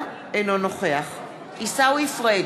אינו נוכח עיסאווי פריג'